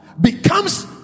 becomes